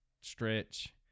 stretch